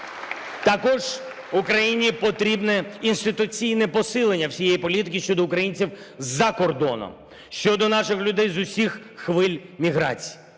Також Україні потрібне інституційне посилення всієї політики щодо українців за кордоном, щодо наших людей з усіх хвиль міграції.